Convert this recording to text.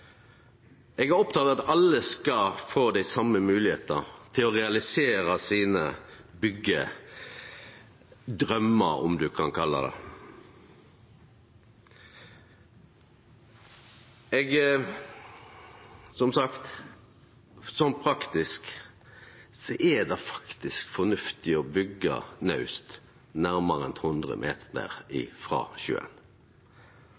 alle skal få dei same moglegheitene til å realisera byggjedraumane sine – om ein kan kalle det det. Praktisk er det faktisk fornuftig å byggje naust nærmare enn 100 meter frå sjøen. Eg kjem frå ei øy, og for meg er